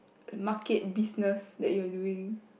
market business that you are doing